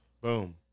Boom